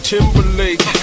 Timberlake